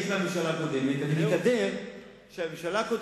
שהממשלה הקודמת והעומד בראשה,